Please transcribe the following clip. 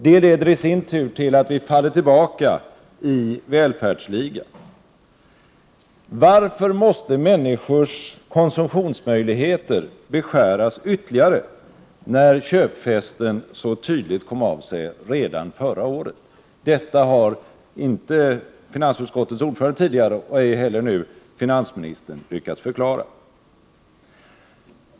Det leder i sin tur till att Sverige faller tillbaka i välfärdsligan. Varför måste människors konsumtionsmöjligheter beskäras ytterligare när köpfesten så tydligt kom av sig redan förra året? Detta har varken finansutskottets ordförande tidigare i debatten eller finansministern nu lyckats förklara.